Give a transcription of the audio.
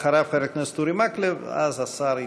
אחריו, חבר הכנסת אורי מקלב, ואז השר יתייחס.